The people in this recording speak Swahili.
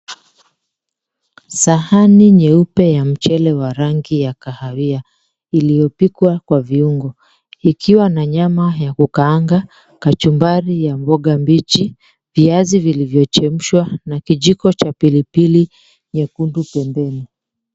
Sahani nyeupe ya mchele wa rangi ya kahawia, iliyopikwa kwa viungo. Ikiwa na nyama ya kukaanga, kachumbari ya mboga mbichi, viazi vilivyochemshwa na kijiko cha pilipili nyekundu pembeni.